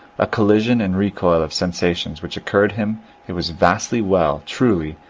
a collision and recoil of sensations which assured him it was vastly well, truly,